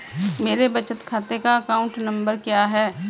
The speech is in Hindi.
मेरे बचत खाते का अकाउंट नंबर क्या है?